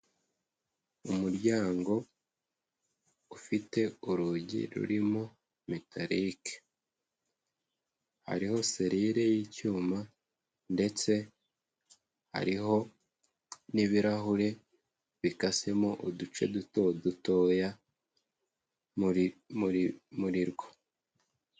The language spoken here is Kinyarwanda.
Umuryango ufite urugi rurimo mitarike. Hariho selire y'icyuma, ndetse hariho n'ibirahure bikasemo uduce dutoya muri rwo